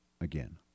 Again